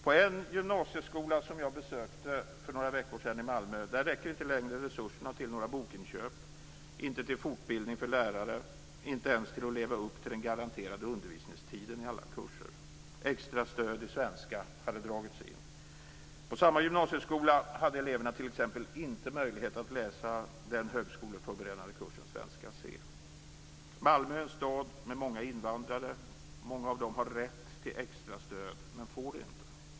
På en gymnasieskola som jag besökte för några veckor sedan i Malmö räcker inte längre resurserna till några bokinköp, inte till fortbildning för lärare och inte ens till att leva upp till de garanterade undervisningstiden i alla kurser. Extra stöd i svenska hade dragits in. På samma gymnasieskola hade eleverna inte möjlighet att läsa den högskoleförberedande kursen svenska C. Malmö är en stad med många invandrare, och många av dem har rätt till extra stöd, men får det inte.